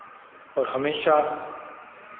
और हमेशा